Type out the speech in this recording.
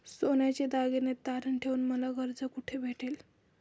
सोन्याचे दागिने तारण ठेवून मला कर्ज कुठे भेटेल?